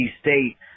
State